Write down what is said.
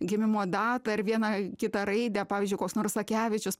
gimimo datą ir vieną kitą raidę pavyzdžiui koks nors sakevičius